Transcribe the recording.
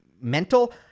mental